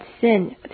sin